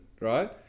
right